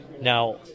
Now